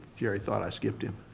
jerry thought i skipped him.